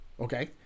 okay